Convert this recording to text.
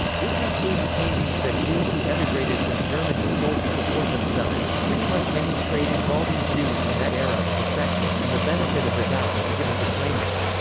which includes paintings that jews who emigrated from germany sold to support themselves, pretty much any trade involving jews in that era is affected, and the benefit of the doubt is given to claimants.